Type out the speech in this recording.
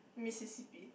Mississippi